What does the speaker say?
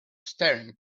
staring